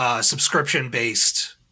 subscription-based